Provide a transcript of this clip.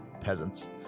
Peasants